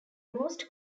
most